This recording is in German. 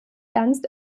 ernst